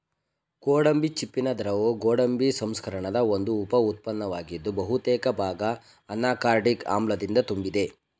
ಗೋಡಂಬಿ ಚಿಪ್ಪಿನ ದ್ರವವು ಗೋಡಂಬಿ ಸಂಸ್ಕರಣದ ಒಂದು ಉಪ ಉತ್ಪನ್ನವಾಗಿದ್ದು ಬಹುತೇಕ ಭಾಗ ಅನಾಕಾರ್ಡಿಕ್ ಆಮ್ಲದಿಂದ ತುಂಬಿದೆ